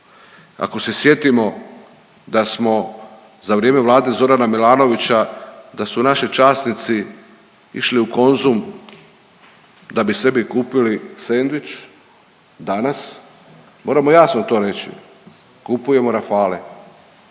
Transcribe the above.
Ako se sjetimo da smo za vrijeme Vlade Zorana Milanovića da su naši časnici išli u Konzum da bi sebi kupili sendvič, danas moramo jasno to reći kupujemo Rafale.